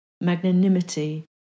magnanimity